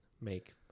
Make